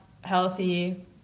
healthy